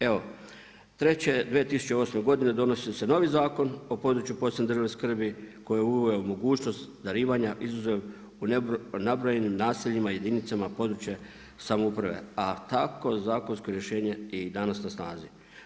Evo, treće, 2008. donosi se novi Zakon o području posebne državne skrbi koji je uveo mogućnost darivanja izuzev po nabrojenim naseljima jedinicama područne samouprave a tako zakonsko rješenje je i danas na snazi.